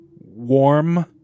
warm